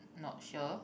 not sure